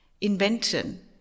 invention